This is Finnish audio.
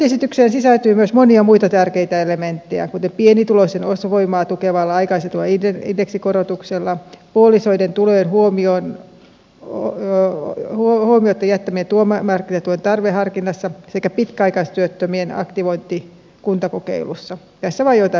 budjettiesitykseen sisältyy myös monia muita tärkeitä elementtejä kuten pienituloisten ostovoimaa tukeva aikaistettu indeksikorotus puolisoiden tulojen huomiotta jättäminen työmarkkinatuen tarveharkinnassa sekä pitkäaikaistyöttömien aktivointi kuntakokeilussa tässä vain joitain mainintoja